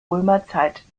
römerzeit